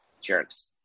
jerks